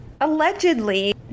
Allegedly